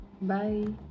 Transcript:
bye